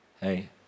Hey